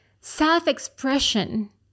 self-expression